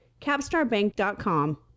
CapstarBank.com